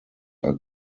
are